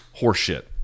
horseshit